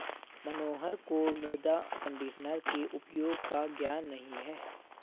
मनोहर को मृदा कंडीशनर के उपयोग का ज्ञान नहीं है